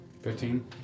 Fifteen